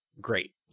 great